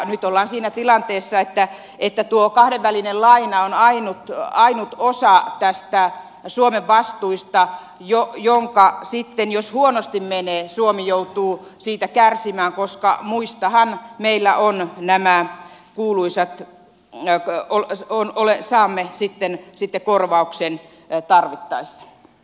nyt ollaan siinä tilanteessa että tuo kahdenvälinen laina on ainut osa suomen vastuista jonka suhteen jos huonosti menee suomi joutuu kärsimään koska muistahan meillä on nämä kuuluisat takuut ja saamme sitten korvauksen tarvittaessa